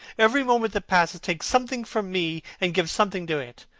every moment that passes takes something from me and gives something to it.